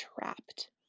trapped